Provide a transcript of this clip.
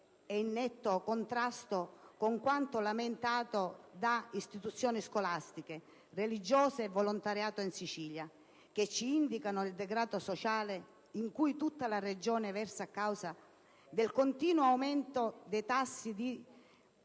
è in netto contrasto con quanto lamentato da istituzioni scolastiche religiose e del volontariato in Sicilia, che ci indicano il degrado sociale in cui tutta la Regione versa a causa del continuo aumento dei tassi di